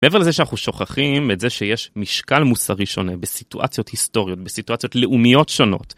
מעבר לזה שאנחנו שוכחים את זה שיש משקל מוסרי שונה בסיטואציות היסטוריות, בסיטואציות לאומיות שונות.